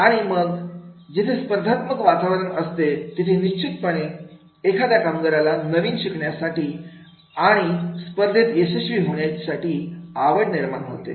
आणि मग जिथे स्पर्धात्मक वातावरण असते तिथे निश्चितपणे एखाद्या कामगाराला नवीन शिकण्यासाठी आणि स्पर्धेत यशस्वी होण्यासाठी आवड निर्माण होते